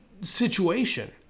situation